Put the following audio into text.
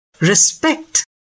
respect